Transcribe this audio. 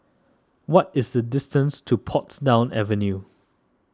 what is the distance to Portsdown Avenue